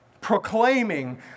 Proclaiming